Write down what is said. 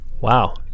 Wow